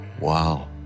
Wow